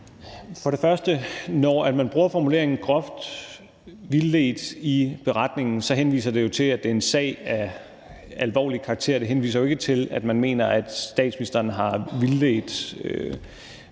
sige, at når man bruger formuleringen groft vildledt i beretningen, henviser det jo til, at det er en sag af alvorlig karakter. Det henviser ikke til, at man mener, at statsministeren har vildledt